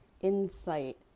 insight